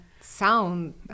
sound